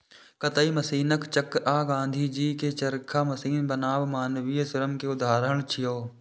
कताइ मशीनक चक्र आ गांधीजी के चरखा मशीन बनाम मानवीय श्रम के उदाहरण छियै